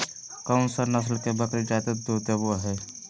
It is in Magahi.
कौन सा नस्ल के बकरी जादे दूध देबो हइ?